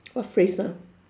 what phrase ah